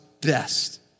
best